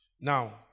Now